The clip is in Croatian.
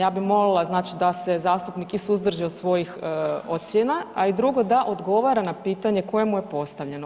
Ja bih molila znači da se zastupnik i suzdrži od svojih ocjena a i drugo da odgovara na pitanje koje mu je postavljeno.